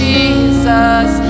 Jesus